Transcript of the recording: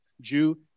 Jew